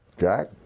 Jack